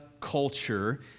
culture